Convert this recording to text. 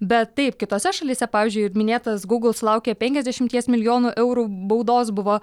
bet taip kitose šalyse pavyzdžiui minėtas google sulaukė penkiasdešimties milijonų eurų baudos buvo